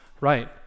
right